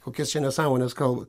kokias čia nesąmones kalba